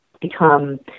become